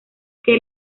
que